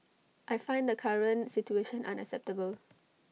I find the current situation unacceptable